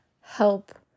help